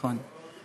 נכון.